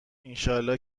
ایشالله